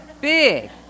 big